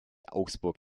augsburg